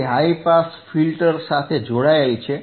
તે high pass filter સાથે જોડાયેલ છે